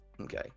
Okay